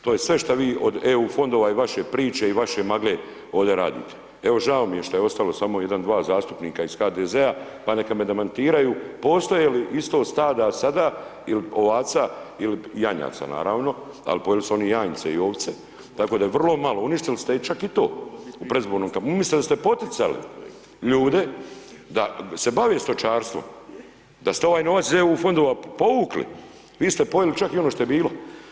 To je sve šta vi od EU fondova i vaše priče, i vaše magle ovdje radite, evo žao mi je šta je ostalo samo jedan, dva zastupnika iz HDZ-a pa neka me demantiraju, postoje li isto stada sada il' ovaca, il' janjaca naravno, ali pojili su oni janjce i ovce, tako da je vrlo malo, uništili ste i čak i to u predizbornoj kampanji, umjesto da ste poticali ljude da se bave stočarstvom, da ste ovaj novac iz EU fondova povukli, vi ste pojili čak i ono šta je bilo.